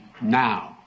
now